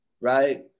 Right